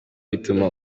bituma